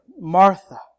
Martha